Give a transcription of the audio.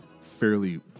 fairly